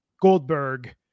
Goldberg